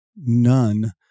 none